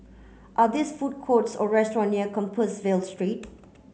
are these food courts or restaurant near Compassvale Street